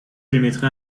j’émettrai